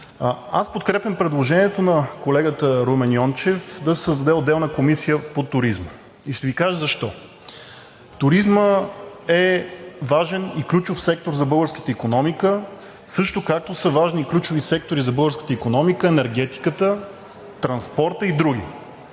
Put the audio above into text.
Аз подкрепям предложението на колегата Румен Йончев да се създаде отделна Комисия по туризма и ще Ви кажа защо. Туризмът е важен и ключов сектор за българската икономика, също както са важни и ключови сектори за българската икономика енергетиката, транспортът и други.